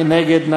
מי נגד?